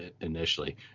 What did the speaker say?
initially